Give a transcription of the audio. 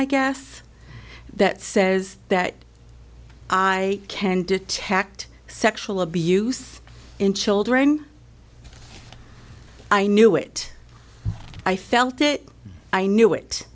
i guess that says that i can detect sexual abuse in children i knew it i felt it i knew it